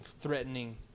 threatening